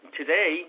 today